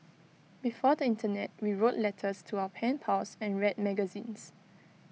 before the Internet we wrote letters to our pen pals and read magazines